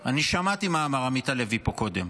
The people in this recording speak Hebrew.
אני שמעתי מה אמר עמית הלוי פה קודם.